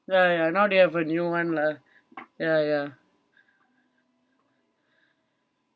ya ya now they have a new [one] lah ya ya